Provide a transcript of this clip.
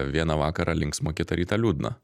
vieną vakarą linksma kitą rytą liūdna